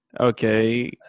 Okay